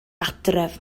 adref